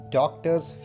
doctors